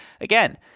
again